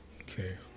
Okay